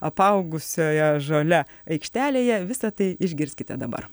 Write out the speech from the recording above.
apaugusioje žole aikštelėje visa tai išgirskite dabar